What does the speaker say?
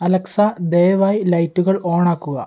Alexa ദയവായി ലൈറ്റുകൾ ഓണാക്കുക